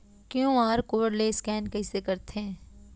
QR code ले scan कइसे करथे?